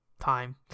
time